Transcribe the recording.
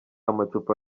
amacupa